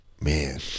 Man